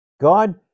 God